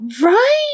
Right